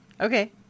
Okay